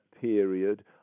period